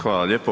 Hvala lijepo.